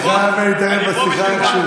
להתערב בשיחה איכשהו.